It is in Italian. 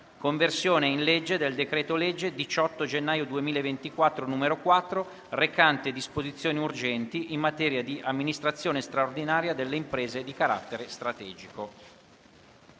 «Conversione in legge del decreto-legge 18 gennaio 2024, n. 4, recante disposizioni urgenti in materia di amministrazione straordinaria delle imprese di carattere strategico»